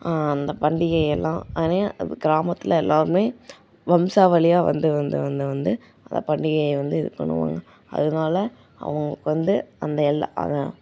அந்த பண்டிகையெல்லாம் கிராமத்தில் எல்லோருமே வம்சாவழியாக வந்து வந்து வந்து வந்து அந்த பண்டிகையை வந்து இது பண்ணுவாங்க அதனால அவங்களுக்கு வந்து அந்த எல்லா அந்த